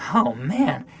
oh, man.